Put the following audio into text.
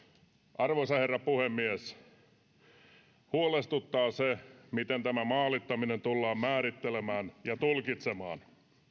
arvoisa herra puhemies huolestuttaa se miten tämä maalittaminen tullaan määrittelemään ja tulkitsemaan